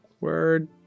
Word